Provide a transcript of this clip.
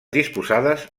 disposades